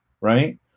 right